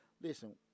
listen